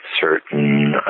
certain